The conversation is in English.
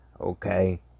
okay